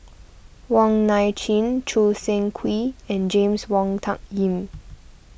Wong Nai Chin Choo Seng Quee and James Wong Tuck Yim